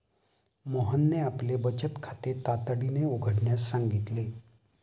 मोहनने आपले बचत खाते तातडीने उघडण्यास सांगितले